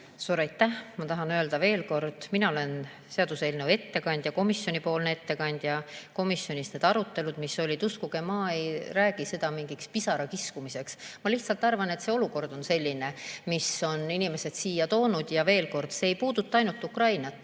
Suur aitäh! Ma tahan öelda veel kord: mina olen seaduseelnõu ettekandja, komisjoni ettekandja. Komisjonis need arutelud, mis olid – uskuge, ma ei räägi seda mingiks pisarakiskumiseks. Ma lihtsalt arvan, et see olukord on selline, mis on inimesed siia toonud. Ja veel kord: see ei puuduta ainult Ukrainat,